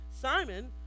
Simon